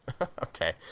Okay